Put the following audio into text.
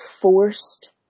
forced